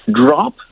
drop